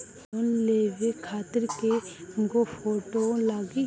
Loan लेवे खातिर कै गो फोटो लागी?